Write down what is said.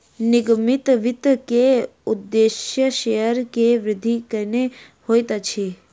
निगमित वित्त के उदेश्य शेयर के वृद्धि केनै होइत अछि